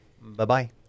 Bye-bye